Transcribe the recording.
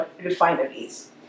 refineries